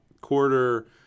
quarter